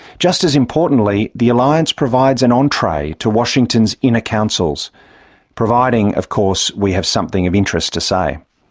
just as importantly, the alliance provides an entree to washington's inner councils providing, of course, we have something of interest to say.